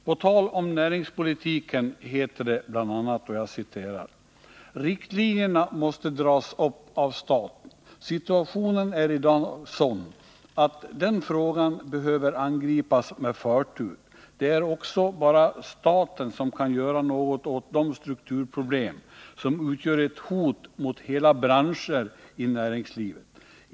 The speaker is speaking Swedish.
På tal om näringspolitiken heter det bl.a.: ”Riktlinjerna måste dras upp av staten. Situationen är i dag sådan, att den frågan behöver angripas med förtur. Det är också bara staten som kan göra något åt de strukturproblem, som utgör ett hot mot hela branscher i näringslivet.